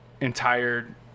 entire